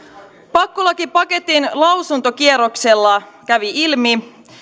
pakkolakipaketin lausuntokierroksella kävi ilmi